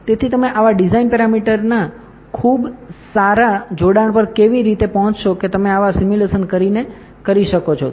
તેથી તમે આવા ડિઝાઇન પેરમીટરના ખૂબ સારા જોડાણ પર કેવી રીતે પહોંચશો કે તમે આવા સિમ્યુલેશન્સ કરીને કરી શકો છો